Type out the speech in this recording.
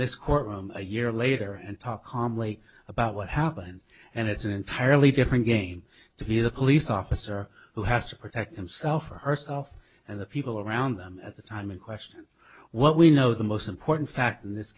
this courtroom a year later and talk calmly about what happened and it's an entirely different game to be the police officer who has to protect himself or herself and the people around them at the time in question what we know the most important fact in this